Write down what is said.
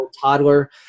toddler